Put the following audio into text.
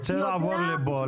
אני רוצה לעבור לפה,